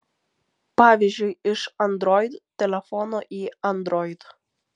pavyzdžiui iš android telefono į android